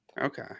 okay